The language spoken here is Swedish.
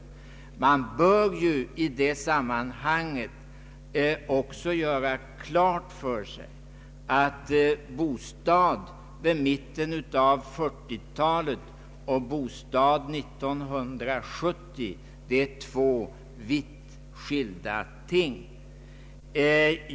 Vi bör ju i detta sammanhang göra klart för oss att bostad i mitten av 1940-talet och bostad 1970 är två vitt skilda ting.